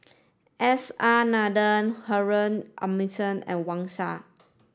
S R Nathan Harun and Wang Sha